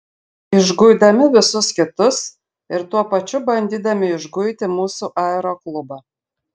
išguidami visus kitus ir tuo pačiu bandydami išguiti mūsų aeroklubą